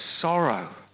sorrow